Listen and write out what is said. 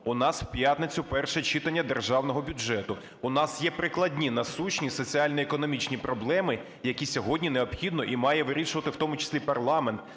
у нас в п'ятницю перше читання державного бюджету, у нас є прикладні насущні соціально-економічні проблеми, які сьогодні необхідно і має вирішувати в тому числі парламент,